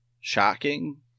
shocking